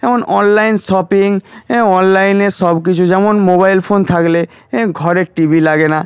যেমন online shopping অনলাইনে সব কিছু যেমন মোবাইল ফোন থাকলে ঘরের টিভি লাগে না